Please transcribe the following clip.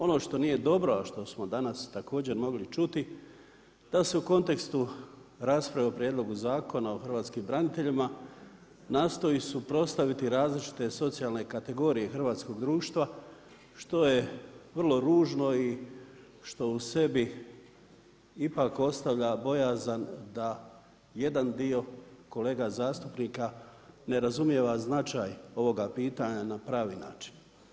Ono što nije dobro a što smo danas također mogli čuti, da se u kontekstu rasprave o Prijedlogu zakona o hrvatskim braniteljima nastoji suprotstaviti različite socijalne kategorije hrvatskog društva što je vrlo ružno i što u sebi ipak ostavlja bojazan da jedan dio kolega zastupnika ne razumije značaj ovoga pitanja na pravi način.